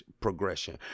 progression